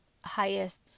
highest